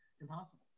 Impossible